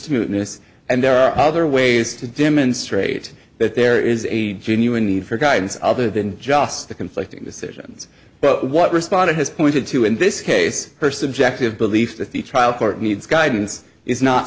this and there are other ways to demonstrate that there is a genuine need for guidance other than just the conflicting decisions but what responder has pointed to in this case person jack to have belief that the trial court needs guidance is not